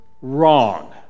wrong